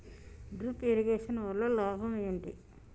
Drip irrigation వల్ల లాభం ఏంటి?